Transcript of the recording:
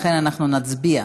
לכן אנחנו נצביע.